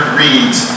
reads